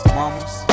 mamas